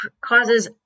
causes